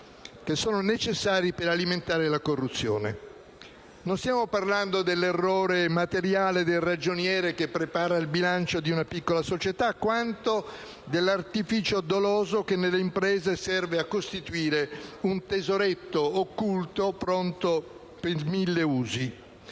neri, necessari per alimentare la corruzione. Non stiamo parlando tanto dell'errore materiale del ragioniere che prepara il bilancio di una piccola società, quanto dell'artificio doloso che nelle imprese serve a costituire un tesoretto occulto, pronto per mille usi.